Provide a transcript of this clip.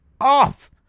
off